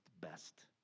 best